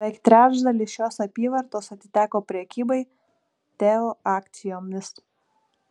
beveik trečdalis šios apyvartos atiteko prekybai teo akcijomis